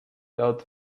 lot